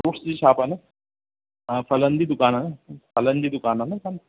fruits जी shop आहे न फलनि जी दुकानु आहे न फलनि जी दुकानु आहे न साईं